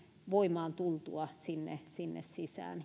voimaantultua sinne sinne sisään